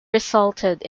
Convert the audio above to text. resulted